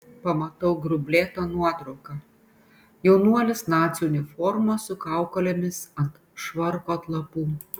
pamatau grublėtą nuotrauką jaunuolis nacių uniforma su kaukolėmis ant švarko atlapų